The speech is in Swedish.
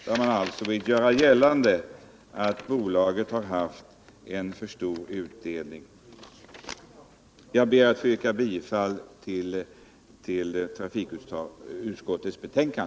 Reservanterna vill ju göra gällande att bolaget har haft en för stor utdelning. Jag ber att få yrka bifall till trafikutskottets hemställan.